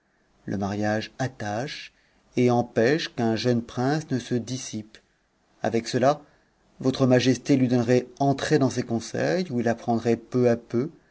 le mariage attache et empêche qu'un jeune prince ne se dissipe avec cela votremajesté jmdonneraitentréc dans ses conseils où il apprendrait peu à peu